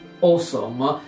awesome